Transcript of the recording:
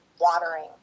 watering